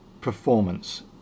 performance